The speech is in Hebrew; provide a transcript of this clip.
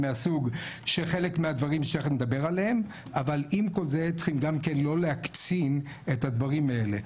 אבל עם כל זה צריכים גם כן לא להקצין את הדברים האלה.